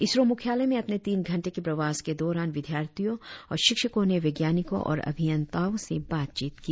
इसरो मुख्यालय में अपने तीन घंटे के प्रवास के दौरान विद्यार्थियों और शिक्षकों ने वैज्ञानिकों और अभियंताओं से बातचीत की